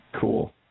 Cool